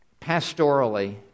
Pastorally